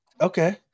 Okay